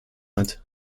hat